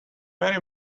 very